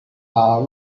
are